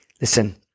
Listen